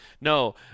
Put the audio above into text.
No